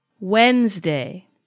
Wednesday